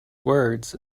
words